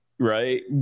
right